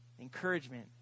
Encouragement